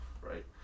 right